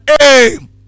aim